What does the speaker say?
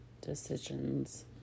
decisions